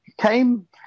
came